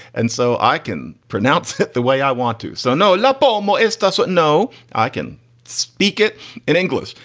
and so i can pronounce it the way i want to. so no love baumol is doesn't know i can speak it in english.